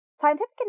Scientific